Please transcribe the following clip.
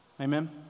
Amen